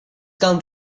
come